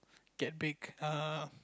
get big err